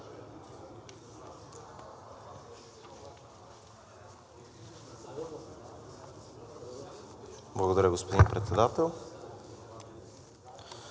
Благодаря, господин Председател.